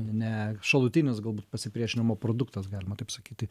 ne šalutinis galbūt pasipriešinimo produktas galima taip sakyt tai